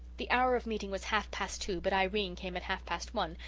the hour of meeting was half-past two but irene came at half-past one,